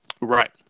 Right